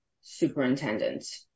superintendent